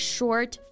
Short